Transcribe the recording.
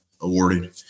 awarded